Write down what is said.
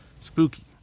Spooky